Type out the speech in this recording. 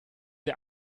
der